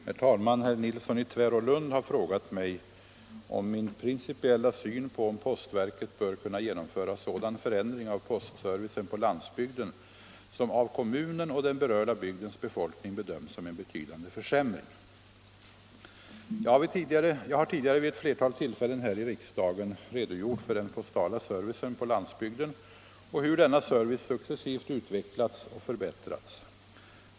Herr talman! Herr Nilsson i Tvärålund har frågat mig om min principiella syn på om postverket bör kunna genomföra sådan förändring av postservicen på landsbygden som av kommunen och den berörda bygdens befolkning bedöms som en betydande försämring. Jag har tidigare vid ett flertal tillfällen här i riksdagen redogjort för den postala servicen på landsbygden och hur denna service successivt utvecklats och förbättrats.